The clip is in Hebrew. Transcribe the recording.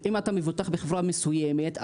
אם אתה מבוטח בחברה מסוימת,